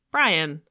Brian